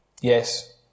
Yes